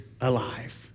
alive